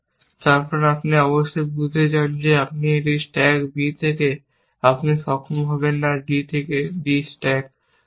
তারপর আপনি অবশ্যই বুঝতে চান যে আপনি যদি একটি স্ট্যাক b থেকে আপনি সক্ষম হবেন না d থেকে b স্ট্যাক করুন